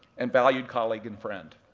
and valued colleague and friend.